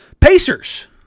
pacers